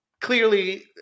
clearly